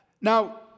Now